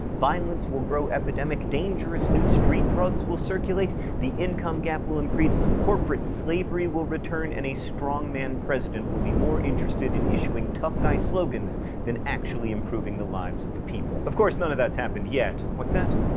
violence will grow epidemic, dangerous new street drugs will circulate, the income gap will increase, corporate slavery will return and a strongman president will be more interested in issuing tough-guy slogans than actually improving the lives of the people of course none of that's happened yet. what's that?